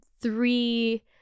three